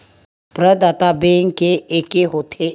प्रदाता बैंक के एके होथे?